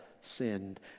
sinned